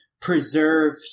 preserve